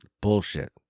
Bullshit